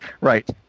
Right